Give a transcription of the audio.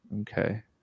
Okay